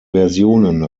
versionen